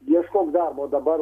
ieškok darbo dabar